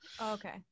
okay